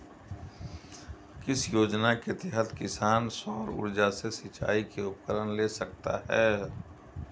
किस योजना के तहत किसान सौर ऊर्जा से सिंचाई के उपकरण ले सकता है?